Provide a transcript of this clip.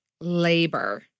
labor